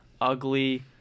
ugly